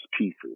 pieces